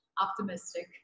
optimistic